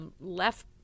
left